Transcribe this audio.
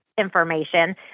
information